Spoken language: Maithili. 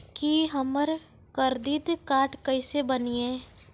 की हमर करदीद कार्ड केसे बनिये?